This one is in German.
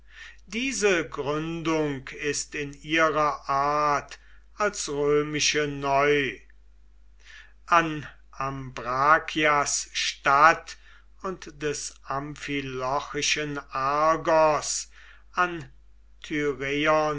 diese gründung ist in ihrer art als römische neu an ambrakias statt und des amphilochischen argos an